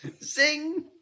Sing